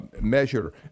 measure